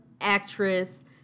actress